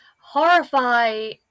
horrify